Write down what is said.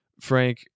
Frank